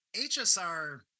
HSR